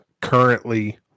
currently